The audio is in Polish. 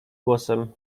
głosem